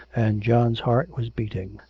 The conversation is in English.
and john's heart was beating.